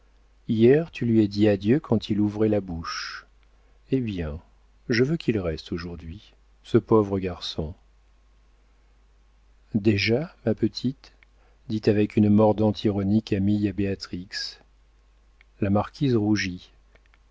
hier tu lui as dit adieu quand il ouvrait la bouche eh bien je veux qu'il reste aujourd'hui ce pauvre garçon déjà ma petite dit avec une mordante ironie camille à béatrix la marquise rougit